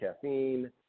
caffeine